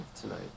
tonight